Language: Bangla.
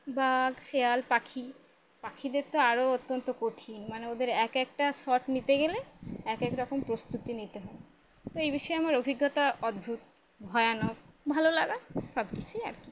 বাঘ শেয়াল পাখি পাখিদের তো আরও অত্যন্ত কঠিন মানে ওদের এক একটা শট নিতে গেলে একেক রকম প্রস্তুতি নিতে হয় তো এই বিষয়ে আমার অভিজ্ঞতা অদ্ভূত ভয়ানক ভালো লাগা সবকিছুই আর কি